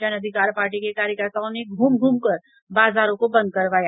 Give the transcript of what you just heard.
जन अधिकार पार्टी के कार्यकर्ताओं ने घूम घूमकर बाजारों को बंद करवाया